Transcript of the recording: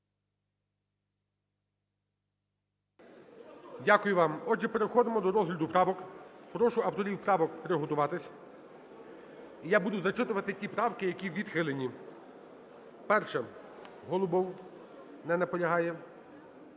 Дякую вам. Отже, переходимо до розгляду правок. Прошу авторів правок приготуватися і я буду зачитувати ті правки, які відхилені. 1-а, Голубов. Не наполягає.